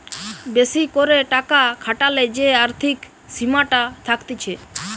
বেশি করে টাকা খাটালে যে আর্থিক সীমাটা থাকতিছে